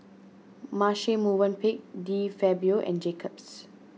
Marche Movenpick De Fabio and Jacob's